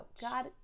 God